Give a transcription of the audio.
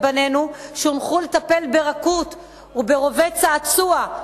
שלחנו את מיטב לוחמינו ובנינו שהונחו לטפל ברכות וברובה צעצוע.